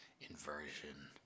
inversion